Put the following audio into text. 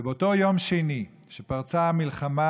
ובאותו יום שני שבו פרצה המלחמה,